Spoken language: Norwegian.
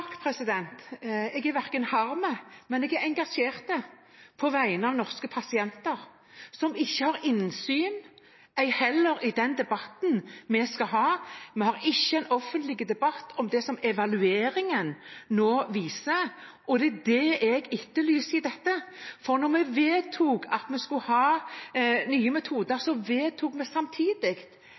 Jeg er ikke harm, men jeg er engasjert på vegne av norske pasienter, som ikke har innsyn – ei heller i den debatten vi skal ha. Vi har ikke en offentlig debatt om det som evalueringen nå viser. Det er det jeg etterlyser, for da vi vedtok at vi skulle ha nye metoder, vedtok vi samtidig